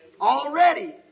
Already